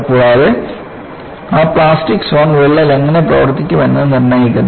കൂടാതെ ആ plastic zone വിള്ളൽ എങ്ങനെ പ്രവർത്തിക്കുമെന്ന് നിർണ്ണയിക്കുന്നു